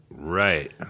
Right